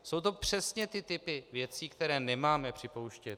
Jsou to přesně ty typy věcí, které nemáme připouštět.